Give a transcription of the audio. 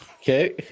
Okay